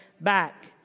back